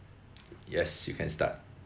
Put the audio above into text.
yes you can start